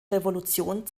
revolution